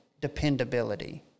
dependability